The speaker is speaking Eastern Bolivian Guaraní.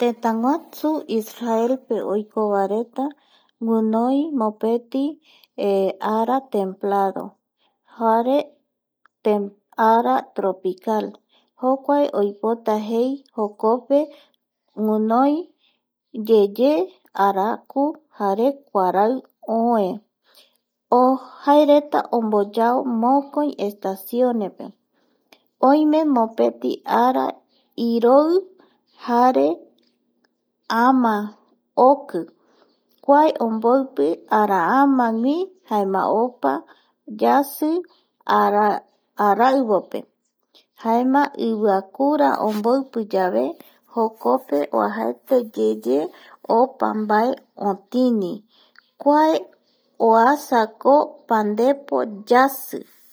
Tëtäguasu Israel pe oiko vaereta guinoi mopeti ara templado jare ara tropical jokuae oipota jei jokope guinoiye, ye araku kuarai oë, jaereta omboyao mokoi estaciones pe, oime mopeti ara iroi jare ama oki kua omboipi araamagui jaema opa yasi araivope jema iviakura omboipiyave jokope oajaeteyeye opa mbae otini kua oasako pandepo yasi